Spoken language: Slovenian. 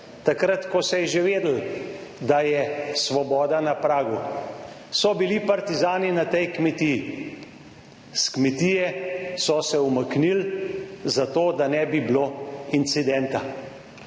takrat ko se je že vedelo, da je svoboda na pragu, so bili partizani na tej kmetiji. S kmetije so se umaknili, zato da ne bi bilo incidenta,